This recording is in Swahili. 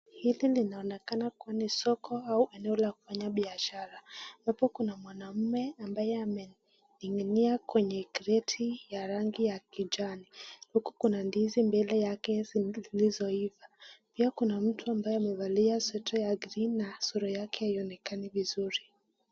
Hili linaonekana kuwa ni soko au eneo la kufanya biashara, ambapo kuna mwanaume ambaye amening'inia kwenye kreti ya rangi ya kijani. Huku kuna ndizi mbili mbele yake zilizoiva. Pia kuna mtu ambaye amevalia sweta ya green na sura yake haionekani vizuri.